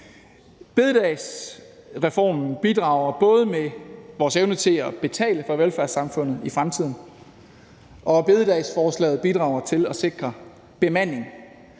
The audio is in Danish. Bededagsreformen bidrager til vores evne til at betale for velfærdssamfundet i fremtiden, og bededagsforslaget bidrager også til at sikre bemanding,